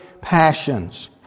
passions